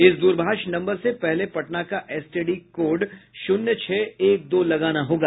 इस द्रभाष नम्बर से पहले पटना का एसटीडी कोड शून्य छह एक दो लगाना होगा